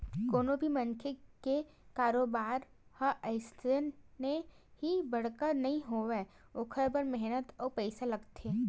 कोनो भी मनखे के कारोबार ह अइसने ही बड़का नइ होवय ओखर बर मेहनत अउ पइसा लागथे